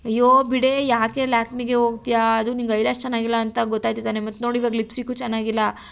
ಅಯ್ಯೋ ಬಿಡೆ ಯಾಕೆ ಲ್ಯಾಕ್ಮಿಗೆ ಹೋಗ್ತ್ಯಾ ಅದು ನಿನಗ್ ಐ ಲ್ಯಾಶ್ ಚೆನ್ನಾಗಿಲ್ಲ ಅಂತ ಗೊತ್ತಾಯಿತು ತಾನೇ ಮತ್ತೆ ನೋಡಿ ಇವಾಗ ಲಿಪ್ಸ್ಟಿಕ್ಕು ಚೆನ್ನಾಗಿಲ್ಲ